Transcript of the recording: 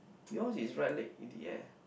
yours is right leg in the air